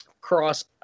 cross